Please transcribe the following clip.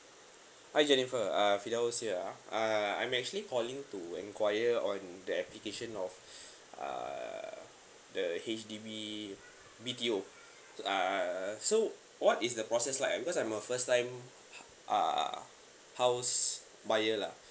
hi jennifer uh firdaus here ah uh I'm actually calling to enquire on the application of err the H_D_B B_T_O uh so what is the process's like ah because I'm a first time uh house buyer lah